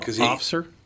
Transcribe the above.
Officer